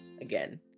Again